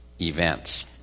events